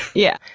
yeah.